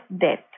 death